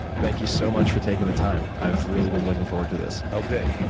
thank you so much for taking the time. i've really been looking forward to this. oh, good.